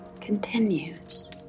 continues